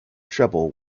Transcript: trouble